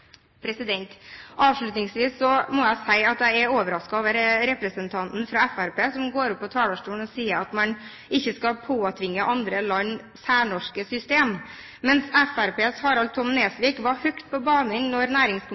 Avslutningsvis må jeg si at jeg er overrasket over representanten fra Fremskrittspartiet som går opp på talerstolen og sier at man ikke skal påtvinge andre land særnorske system, mens Fremskrittspartiets Harald T. Nesvik var høyt på banen